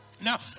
Now